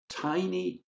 tiny